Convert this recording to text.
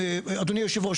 אדוני יושב הראש,